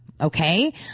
Okay